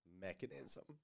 mechanism